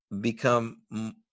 become